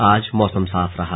आज मौसम साफ रहा